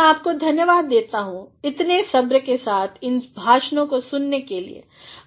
मै आपको धन्यवाद देता हूँ इतने सब्र के साथ इन भाषणों को सुनने के लिए